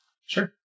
Sure